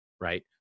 right